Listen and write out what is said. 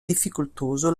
difficoltoso